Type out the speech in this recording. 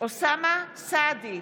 אוסאמה סעדי,